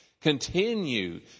continue